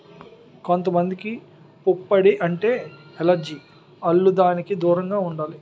కొంత మందికి పుప్పొడి అంటే ఎలెర్జి ఆల్లు దానికి దూరంగా ఉండాలి